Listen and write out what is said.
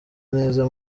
neza